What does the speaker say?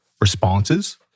responses